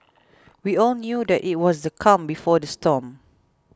we all knew that it was the calm before the storm